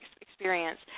experience